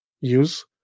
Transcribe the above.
use